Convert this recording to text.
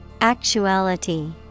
Actuality